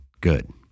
good